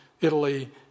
Italy